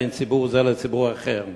בין ציבור זה לציבור אחר.